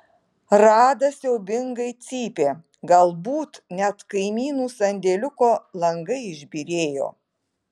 rada siaubingai cypė galbūt net kaimynų sandėliuko langai išbyrėjo